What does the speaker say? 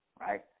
right